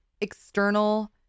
external